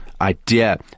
idea